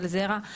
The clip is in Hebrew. של זרע,